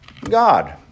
God